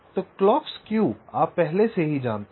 तो clock skew आप पहले से ही जानते हैं